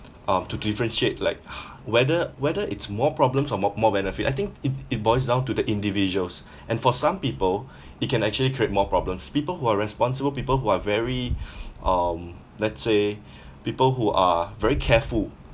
um to differentiate like ho~ whether whether it's more problems or more more benefit I think it it boils down to the individuals and for some people it can actually create more problems people who are responsible people who are very um let's say people who are very careful